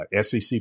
SEC